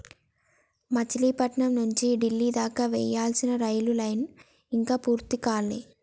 మచిలీపట్నం నుంచి డిల్లీ దాకా వేయాల్సిన రైలు లైను ఇంకా పూర్తి కాలే